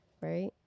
right